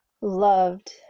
loved